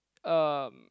um